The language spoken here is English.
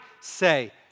say